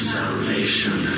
salvation